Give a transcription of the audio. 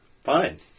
Fine